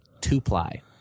Two-Ply